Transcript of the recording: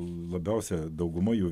labiausia dauguma jų